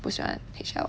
不喜欢 HL